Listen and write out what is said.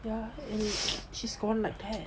ya she's gone like that